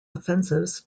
offensives